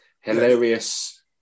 hilarious